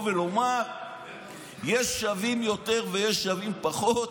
ולומר שיש שווים יותר ויש שווים פחות?